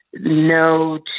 no